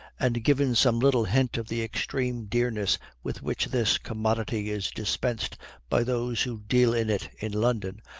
and given some little hint of the extreme dearness with which this commodity is dispensed by those who deal in it in london,